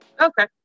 okay